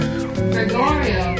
Gregorio